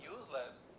useless